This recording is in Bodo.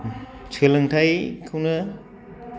सोलोंथायखौनो